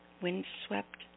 windswept